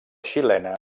xilena